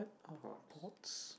pots